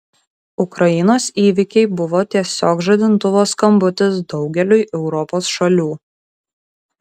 ukrainos įvykiai buvo tiesiog žadintuvo skambutis daugeliui europos šalių